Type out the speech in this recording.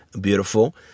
beautiful